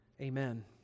Amen